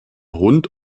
hund